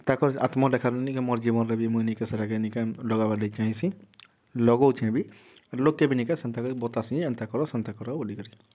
ତାଙ୍କର୍ ଆତ୍ମ ଲେଖାରୁ ନି କାଏଁ ମୋର୍ ଜୀବନ୍ରେ ବି ମୁଇଁ ନି କାଏଁ ସେଟାକେ ନି କାଏଁ ଲଗାବାର୍ ଲାଗି ଚାହିଁସି ଲଗଉଛେଁ ବି ଲୋକ୍କେ ବି ନି କାଏଁ ସେନ୍ତା କରି ବତାସିଁ ଯେ ଏନ୍ତା କର ସେନ୍ତା କର ବୋଲିକରି